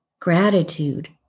gratitude